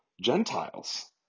Gentiles